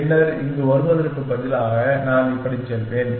பின்னர் இங்கு வருவதற்கு பதிலாக நான் இப்படி செல்வேன்